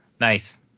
Nice